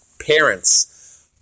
Parents